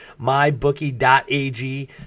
mybookie.ag